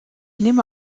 nehme